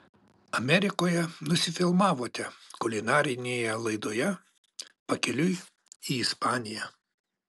amerikoje nusifilmavote kulinarinėje laidoje pakeliui į ispaniją